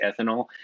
ethanol